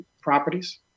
properties